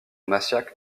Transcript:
massiac